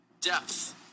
depth